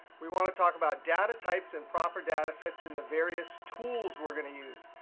we want to talk about data types and proper data sets and the various tools we're going to use.